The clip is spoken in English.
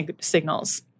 signals